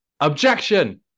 Objection